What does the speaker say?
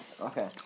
Okay